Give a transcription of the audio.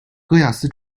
戈亚斯